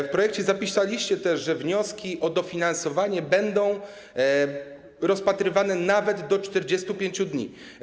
W projekcie zapisaliście też, że wnioski o dofinansowanie będą rozpatrywane nawet do 45 dni.